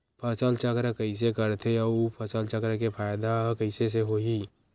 फसल चक्र कइसे करथे उ फसल चक्र के फ़ायदा कइसे से होही?